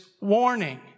warning